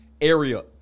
area